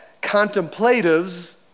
contemplatives